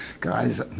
guys